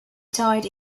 died